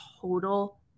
total